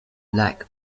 lack